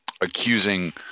accusing